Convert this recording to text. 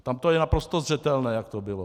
Tam to je naprosto zřetelné, jak to bylo.